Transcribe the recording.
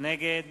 נגד